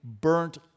burnt